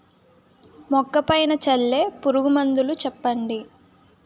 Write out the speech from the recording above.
మొక్క పైన చల్లే పురుగు మందులు చెప్పండి?